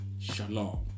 Shalom